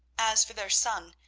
as for their son,